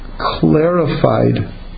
clarified